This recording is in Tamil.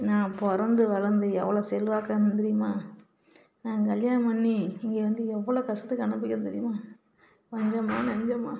நான் பிறந்து வளர்ந்து எவ்வளோ செல்வாக்காக இருந்தேன் தெரியுமா நான் கல்யாணம் பண்ணி இங்கே வந்து எவ்வளோ கஷ்டத்தை அனுபவிக்கிறேன் தெரியுமா கொஞ்சமா நஞ்சமா